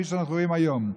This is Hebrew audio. כפי שאנחנו רואים היום.